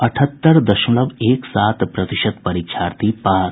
अठहत्तर दशमलव एक सात प्रतिशत परीक्षार्थी पास